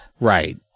Right